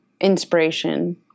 inspiration